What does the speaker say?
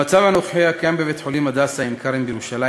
המצב הקיים בבית-החולים "הדסה עין-כרם" בירושלים,